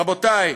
רבותי,